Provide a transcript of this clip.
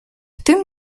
tym